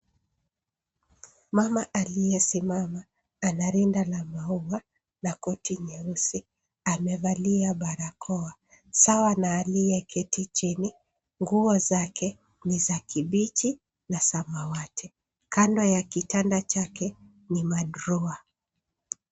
Mama aliyesimama ana rinda la maua na koti nyeusi, amevalia barakoa sawa na aliyeketi chini nguo zake ni za kibichi na samawati. Kando ya kitanda chake ni ma drawer .